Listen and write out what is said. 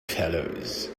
fellows